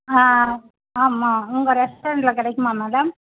ஆ ஆமாம் உங்கள் ரெஸ்ட்டாரண்டில் கிடைக்குமா மேடம்